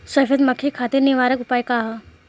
सफेद मक्खी खातिर निवारक उपाय का ह?